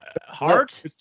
Heart